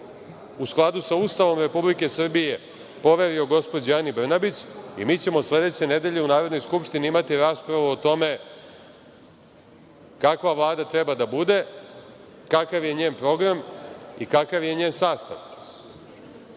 u skladu sa Ustavom Republike Srbije, poverio gospođi Ani Brnabić i mi ćemo sledeće nedelje u Narodnoj skupštini imati raspravu o tome kakva Vlada treba da bude, kakav je njen program i kakav je njen sastav. Ali,